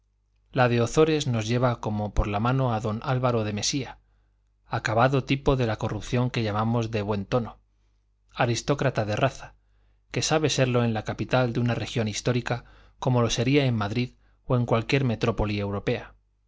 la de ozores nos lleva como por la mano a d álvaro de mesía acabado tipo de la corrupción que llamamos de buen tono aristócrata de raza que sabe serlo en la capital de una región histórica como lo sería en madrid o en cualquier metrópoli europea